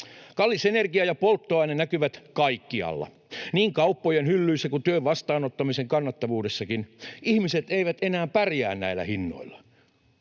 Kallis energia ja polttoaine näkyvät kaikkialla, niin kauppojen hyllyissä kuin työn vastaanottamisen kannattavuudessakin. Ihmiset eivät enää pärjää näillä hinnoilla.